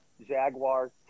Jaguars